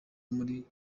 muri